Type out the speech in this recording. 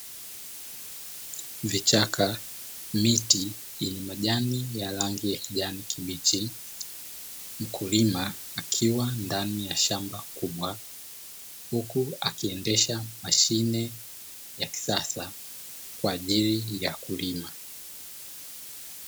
Vichaka, miti yenye majani ya rangi ya kijani kibichi, mkulima akiwa ndani ya shamba kubwa; huku akiendesha mashine ya kisasa kwa ajili ya kulima.